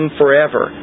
forever